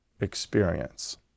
experience